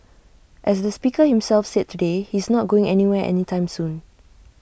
as the speaker himself said today he's not going anywhere any time soon